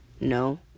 No